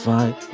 Fight